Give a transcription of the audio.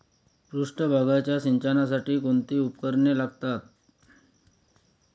पृष्ठभागाच्या सिंचनासाठी कोणती उपकरणे लागतात?